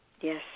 Yes